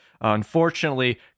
unfortunately